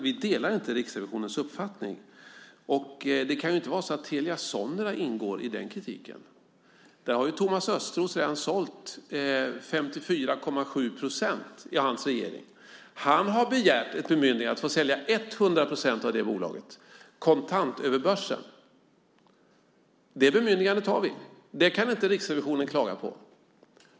Vi delar inte Riksrevisionens uppfattning. Det kan inte vara så att Telia Sonera ingår i den kritiken. Thomas Östros och hans regering har redan sålt 54,7 procent. Han begärde ett bemyndigande att få sälja 100 procent av bolaget kontant över börsen. Det bemyndigandet har vi. Det kan Riksrevisionen inte klaga på.